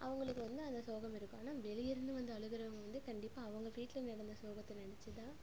அவங்களுக்கு வந்து அந்த சோகம் இருக்கும் ஆனால் வெளியருந்து வந்து அழுகுறவங்க வந்து கண்டிப்பாக அவங்க வீட்டில் நடந்த சோகத்தை நினச்சி தான்